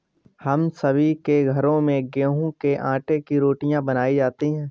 हम सभी के घरों में गेहूं के आटे की रोटियां बनाई जाती हैं